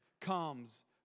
comes